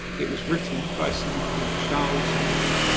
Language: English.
it was written by someone called charles nevin.